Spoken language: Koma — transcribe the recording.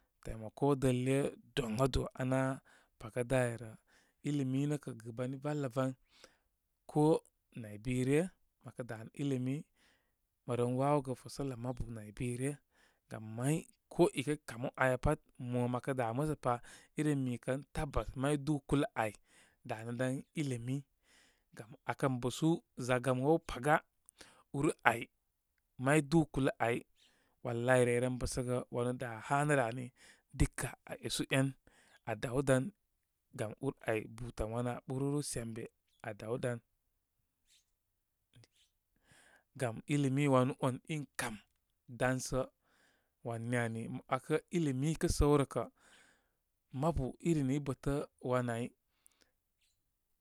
Taimako dələ, doŋado, aná paga dá áyrə ilimi nəkə gɨban ivalə van ko nay bi ryə, mə kə danə ilimi, mə ren wawogə təsələ mabu nay bi ryə. Gam may ko ikə kamu aya pat, mo mə kə da musə pa, iren mikə ən tabas, may dú kulə áy danədan ilimi gam akə bəsu zagəm wow paga, úr áy, may dú kulə áy walahi reye ren bəsəgə wanu dá hanə nə rə ani. Dika aa esu en. Aa daw dan. Gam úr áy butəm aa ɓuru sembe. Aa daw dan. Gam ilimi wanu on in kam daŋsə wan ni ani. Mə ‘wakə ilimi, ikə səw rə kə mabu irin i bətə wan áy. s